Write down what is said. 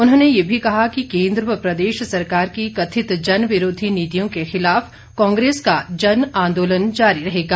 उन्होंने ये भी कहा कि केन्द्र व प्रदेश सरकार की कथित जनविरोधी नीतियों के खिलाफ कांग्रेस का जनआंदोलन जारी रहेगा